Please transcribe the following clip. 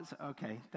okay